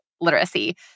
literacy